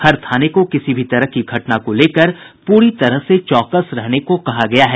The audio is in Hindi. हर थाने को किसी भी तरह की घटना को लेकर पूरी तरह से चौकस रहने को कहा गया है